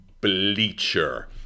Bleacher